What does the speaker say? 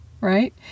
right